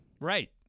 Right